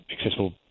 accessible